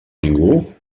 ningú